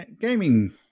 gaming